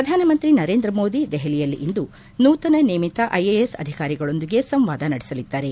ಪ್ರಧಾನಮಂತ್ರಿ ನರೇಂದ್ರ ಮೋದಿ ದೆಹಲಿಯಲ್ಲಿ ಇಂದು ನೂತನ ನೇಮಿತ ಐಎಎಸ್ ಅಧಿಕಾರಿಗಳೊಂದಿಗೆ ಸಂವಾದ ನಡೆಸಲಿದ್ದಾರೆ